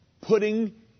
putting